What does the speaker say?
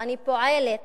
ואני פועלת